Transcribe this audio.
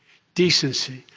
decency,